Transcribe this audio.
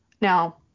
now